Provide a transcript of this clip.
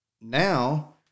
now